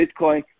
Bitcoin